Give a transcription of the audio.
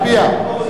חוק